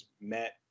met